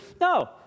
No